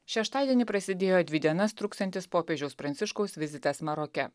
šeštadienį prasidėjo dvi dienas truksiantis popiežiaus pranciškaus vizitas maroke